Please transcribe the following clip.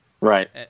right